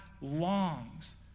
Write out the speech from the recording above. longs